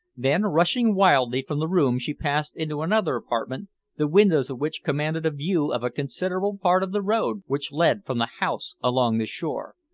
then rushing wildly from the room she passed into another apartment the windows of which commanded a view of a considerable part of the road which led from the house along the shore.